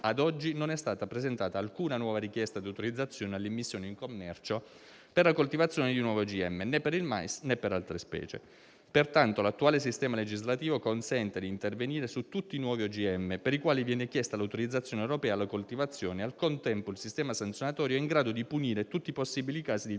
Ad oggi, non è stata presentata alcuna nuova richiesta di autorizzazione all'immissione in commercio per la coltivazione di nuovi OGM, né per il mais, né per altre specie. Pertanto, l'attuale sistema legislativo consente di intervenire su tutti i nuovi OGM per i quali viene chiesta l'autorizzazione europea alla coltivazione e al contempo il sistema sanzionatorio è in grado di punire tutti i possibili casi di